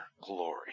glory